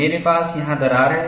मेरे पास यहाँ दरार है